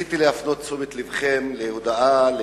רציתי להפנות תשומת לבכם להודעה,